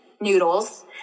noodles